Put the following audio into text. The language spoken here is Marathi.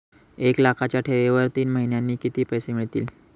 एक लाखाच्या ठेवीवर तीन महिन्यांनी किती पैसे मिळतील?